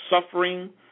suffering